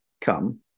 come